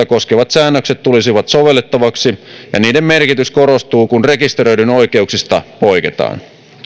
koskevat säännökset tulisivat sovellettavaksi ja niiden merkitys korostuu kun rekisteröidyn oikeuksista poiketaan